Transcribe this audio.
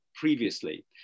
previously